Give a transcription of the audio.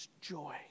joy